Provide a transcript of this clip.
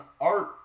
art